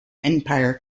empire